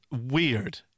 weird